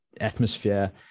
atmosphere